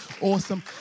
Awesome